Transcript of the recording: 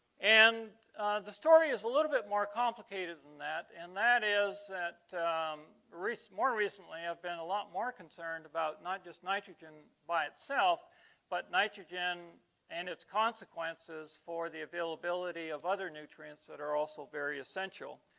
and the story story is a little bit more complicated than that and that is that um reefs more recently i've been a lot more concerned about not just nitrogen by itself but nitrogen and it's consequences for the availability of other nutrients that are also very essential